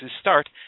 start